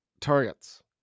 targets